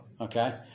Okay